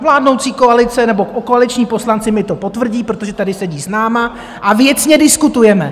Vládnoucí koalice nebo koaliční poslanci mi to potvrdí, protože tady sedí s námi, a věcně diskutujeme.